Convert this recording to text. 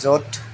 য'ত